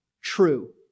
true